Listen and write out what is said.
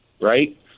right